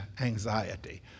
anxiety